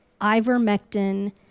ivermectin